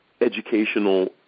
educational